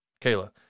Kayla